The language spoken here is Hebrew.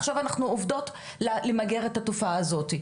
עכשיו אנחנו עובדות לשם מיגור התופעה הזו.